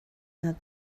not